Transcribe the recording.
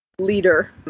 leader